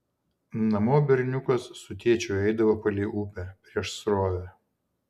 namo berniukas su tėčiu eidavo palei upę prieš srovę